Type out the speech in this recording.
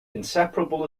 inseparable